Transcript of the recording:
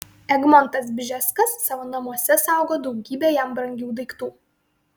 egmontas bžeskas savo namuose saugo daugybę jam brangių daiktų